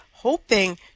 hoping